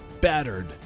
battered